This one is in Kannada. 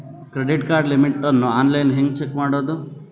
ಕ್ರೆಡಿಟ್ ಕಾರ್ಡ್ ಲಿಮಿಟ್ ಅನ್ನು ಆನ್ಲೈನ್ ಹೆಂಗ್ ಚೆಕ್ ಮಾಡೋದು?